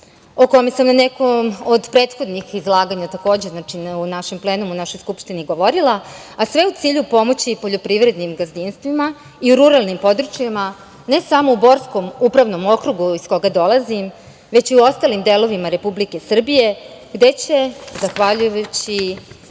o čemu sam u nekom od prethodnih izlaganja takođe, znači u plenumu u našoj Skupštini, govorila, a sve u cilju pomoći poljoprivrednim gazdinstvima i ruralnim područjima, ne samo u Borskom upravnom okrugu iz koga dolazim, već i u ostalim delovima Republike Srbije, gde će zahvaljujući